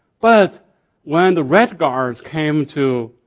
but when the red guards came to,